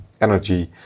energy